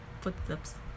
footsteps